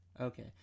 Okay